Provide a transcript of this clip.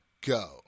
Go